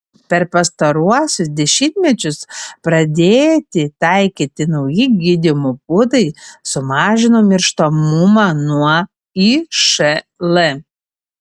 per pastaruosius dešimtmečius pradėti taikyti nauji gydymo būdai sumažino mirštamumą nuo išl